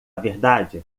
verdade